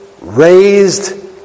raised